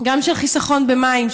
גם של חיסכון במים,